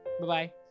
Bye-bye